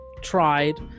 tried